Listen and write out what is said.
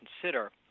consider